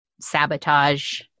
sabotage